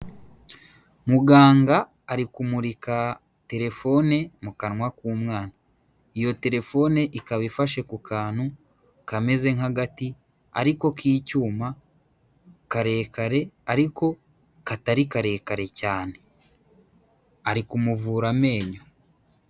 Muganga ari kumurika terefone, mu kanwa k'umwana. Iyo telefone ikaba ifashe ku kantu kameze nk'agati, ariko k'icyuma, karekare, ariko katari karekare cyane. Ari kumuvura amenyo.